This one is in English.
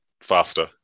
faster